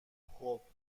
خوب